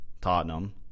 Tottenham